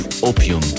Opium